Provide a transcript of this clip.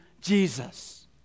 Jesus